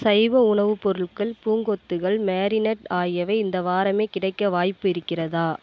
சைவ உணவுப் பொருட்கள் பூங்கொத்துகள் மேரினேட் ஆகியவை இந்த வாரமே கிடைக்க வாய்ப்பு இருக்கிறதா